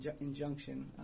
injunction